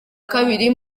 kabiri